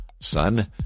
Son